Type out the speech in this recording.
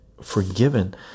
forgiven